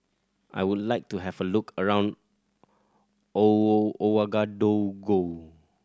I would like to have a look around Ouagadougou